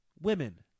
women